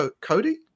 Cody